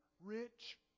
rich